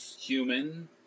human